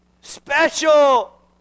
Special